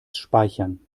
speichern